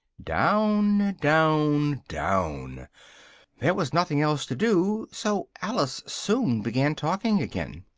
down, down, down there was nothing else to do, so alice soon began talking again.